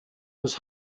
was